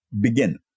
begin